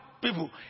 people